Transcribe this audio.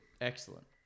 Excellent